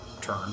turn